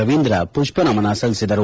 ರವೀಂದ್ರ ಪುಷ್ಪನಮನ ಸಲ್ಲಿಸಿದರು